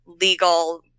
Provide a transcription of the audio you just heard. legal